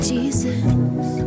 Jesus